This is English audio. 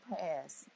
past